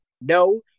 no